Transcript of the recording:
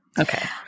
Okay